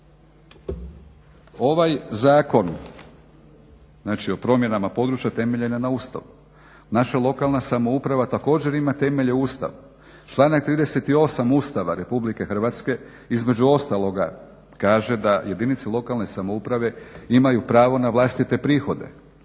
Ovaj zakon znači o promjenama područja temeljen je na Ustavu. Naša lokalna samouprava također ima temelje u Ustavu. Članak 38. Ustava RH između ostaloga kaže da jedinice lokalne samouprave imaju pravo na vlastite prihode.